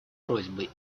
просьбой